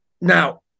Now